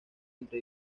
entre